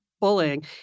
bullying